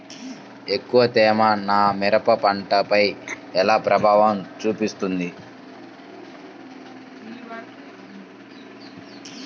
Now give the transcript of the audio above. ఎక్కువ తేమ నా మిరప పంటపై ఎలా ప్రభావం చూపుతుంది?